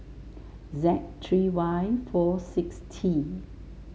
Z three Y four six T